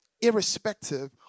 irrespective